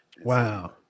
Wow